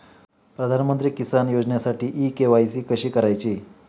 प्रधानमंत्री किसान योजनेसाठी इ के.वाय.सी कशी करायची?